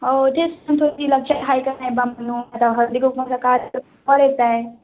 हो तेच म्हणत होती लक्षात आहे का नाही बा म्हणून आता हळदी कुंकवाचा कार्यक्रम वर येत आहे